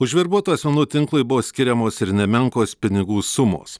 užverbuotų asmenų tinklui buvo skiriamos ir nemenkos pinigų sumos